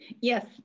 Yes